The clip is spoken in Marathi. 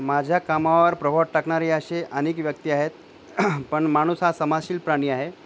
माझ्या कामावर प्रभाव टाकणारे असे अनेक व्यक्ती आहेत पण माणूस हा समाजशील प्राणी आहे